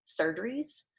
surgeries